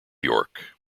york